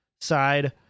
side